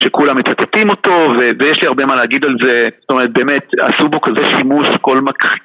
שכולם מצטטים אותו, ויש לי הרבה מה להגיד על זה זאת אומרת באמת, עשו בו כזה שימוש כל מכחי...